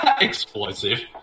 Explosive